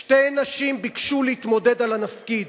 שתי נשים ביקשו להתמודד על התפקיד,